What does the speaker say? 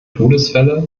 todesfälle